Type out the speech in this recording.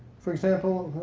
for example,